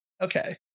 okay